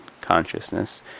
consciousness